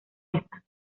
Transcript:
esa